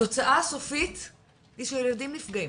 התוצאה הסופית היא שהילדים נפגעים,